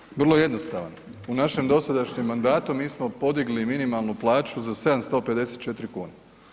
bi bio vrlo jednostavan, u našem dosadašnjem mandatu mi smo podigli minimalnu plaću za 754 kune.